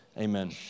amen